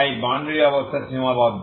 তাই বাউন্ডারি অবস্থা সীমাবদ্ধ